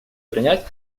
принять